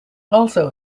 also